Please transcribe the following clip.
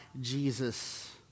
Jesus